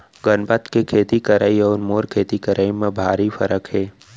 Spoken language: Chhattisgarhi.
गनपत के खेती करई अउ मोर खेती करई म भारी फरक हे